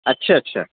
اچھا اچھا